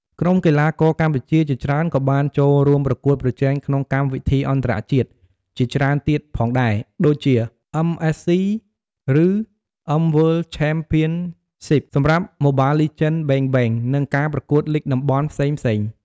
ក្រុមកីឡាករកម្ពុជាជាច្រើនក៏បានចូលរួមប្រកួតប្រជែងក្នុងកម្មវិធីអន្តរជាតិជាច្រើនទៀតផងដែរ ដូចជាអឺមអេសស៊ី ឬ M World Championship សម្រាប់ Mobile Legends: Bang Bang និងការប្រកួតលីគតំបន់ផ្សេងៗ។